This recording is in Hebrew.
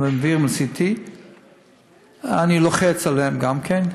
והם מביאים CT. אני לוחץ עליהם גם כן,